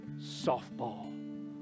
softball